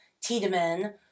Tiedemann